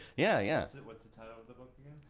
yeah, yeah. what's the title of the book again?